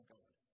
God